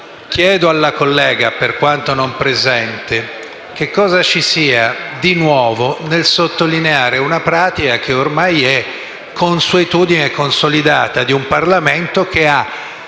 Chiedo alla collega, ancorché non presente in Aula, cosa ci sia di nuovo nel sottolineare una pratica che è ormai consuetudine consolidata di un Parlamento che ha